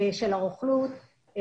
של הרוכלות,